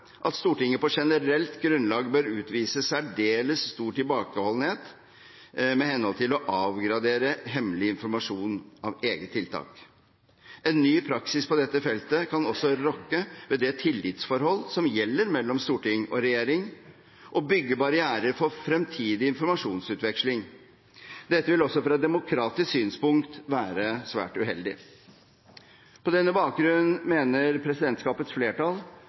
at Stortinget på generelt grunnlag bør utvise særdeles stor tilbakeholdenhet med hensyn til å avgradere hemmelig informasjon av eget tiltak. En ny praksis på dette feltet kan også rokke ved det tillitsforholdet som gjelder mellom storting og regjering, og bygge barrierer for fremtidig informasjonsutveksling. Dette vil også fra et demokratisk synspunkt være svært uheldig. På denne bakgrunn mener presidentskapets flertall